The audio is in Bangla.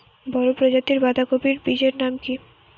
বড় প্রজাতীর বাঁধাকপির বীজের নাম কি?